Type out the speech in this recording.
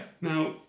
Now